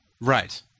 right